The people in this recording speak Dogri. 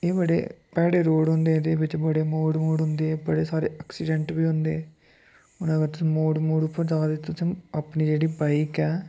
एह् बड़े भैड़े रोड़ होंदे एह्दे बिच्च बड़े मोड़ मूड़ होंदे बड़े सारे ऐक्सीडैंट बी होंदे हून मतलब मोड़ मूड़ उप्पर जा दे ते मतलब अपनी जेह्ड़ी बाइक ऐ